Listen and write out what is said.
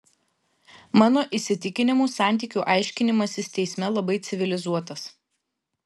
mano įsitikinimu santykių aiškinimasis teisme labai civilizuotas